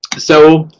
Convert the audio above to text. so,